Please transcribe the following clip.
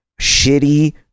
shitty